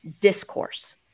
Discourse